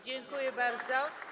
Dziękuję bardzo.